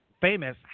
famous